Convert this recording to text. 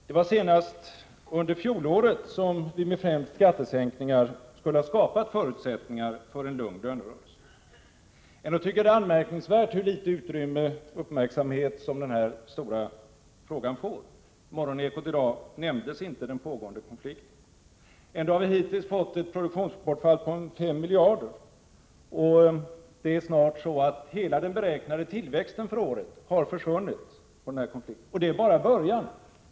Det var senast under fjolåret som vi främst genom skattesänkningar skulle ha skapat förutsättningar för en lugn lönerörelse. Ändå tycker jag att det är anmärkningsvärt hur litet uppmärksamhet denna stora fråga får. I Morgonekot i dag nämndes inte den pågående konflikten. Ändå har vi hittills fått ett produktionsbortfall på ca 5 miljarder, och det är snart så att hela den beräknade tillväxten för året har försvunnit genom den här konflikten. Och detta är bara början.